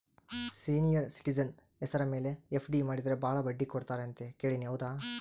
Senior citizen ಹೆಸರ ಮೇಲೆ FD ಮಾಡಿದರೆ ಬಹಳ ಬಡ್ಡಿ ಕೊಡ್ತಾರೆ ಅಂತಾ ಕೇಳಿನಿ ಹೌದಾ?